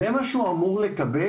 זה מה שהוא אמור לקבל?